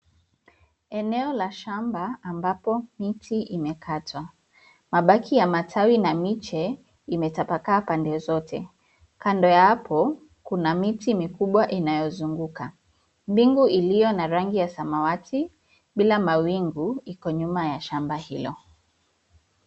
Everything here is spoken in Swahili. Eneo la shamba ambapo miti imekatwa. Mabaki ya matawi na miche, imetapakaa pande zote. Kando ya hapo, kuna miti mikubwa inayozunguka. Mbingu iliyo na rangi ya samawati, bila mawingu iko nyuma ya shamba hilo.